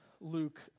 Luke